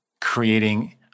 creating